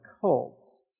Cults